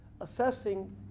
assessing